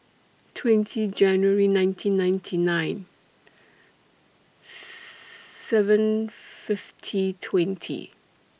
twenty Jane nineteen nineteen nine seven fifty twenty